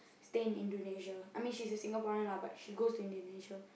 stay in Indonesia I mean she's a Singaporean lah but she goes to Indonesia